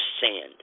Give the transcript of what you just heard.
sand